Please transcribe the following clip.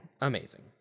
Amazing